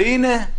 והינה,